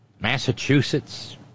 Massachusetts